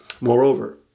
Moreover